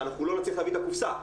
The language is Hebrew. ואנחנו לא נצליח להביא את הקופסא,